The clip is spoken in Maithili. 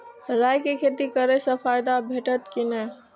राय के खेती करे स फायदा भेटत की नै?